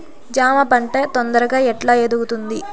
జామ పంట తొందరగా ఎట్లా ఎదుగుతుంది?